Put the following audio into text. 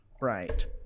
Right